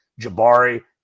Jabari